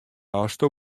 asto